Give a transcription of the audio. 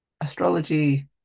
astrology